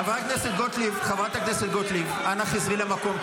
חברת הכנסת גוטליב, אנא חזרי למקום.